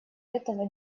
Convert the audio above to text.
этого